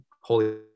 Holy